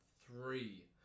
three